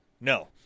no